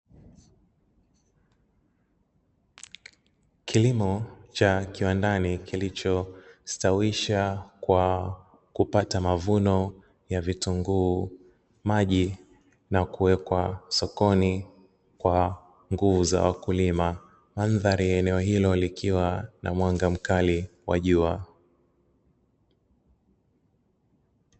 Kilimo cha kiwandani kilichostawisha kwa kupata mavuno ya vitunguu maji, na kuwekwa sokoni kwa nguvu za wakulima mandhari ya eneo hilo likiwa na mwanga mkali wa jua.